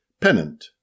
pennant